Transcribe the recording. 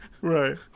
Right